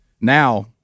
now